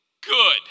good